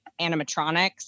animatronics